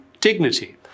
dignity